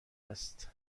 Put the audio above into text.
است